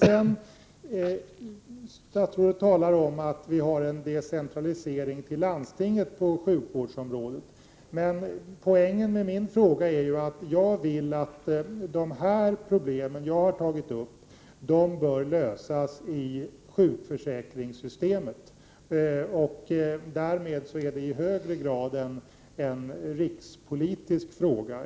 Statsrådet talar om att det har skett en decentralisering till landstingen på sjukvårdens område. Men poängen med min fråga är att jag vill att de problem som jag har tagit upp löses inom sjukförsäkringssystemet. Därmed är det i högre grad en rikspolitisk fråga.